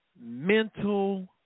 mental